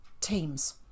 teams